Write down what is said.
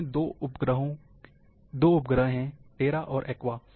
इसमें दो उपग्रहों हैं टेरा और एक्वा